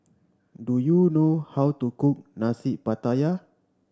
do you know how to cook Nasi Pattaya